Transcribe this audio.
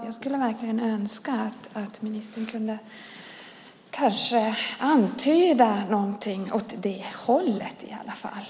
Jag skulle verkligen önska att ministern kunde antyda någonting åt det hållet i alla fall.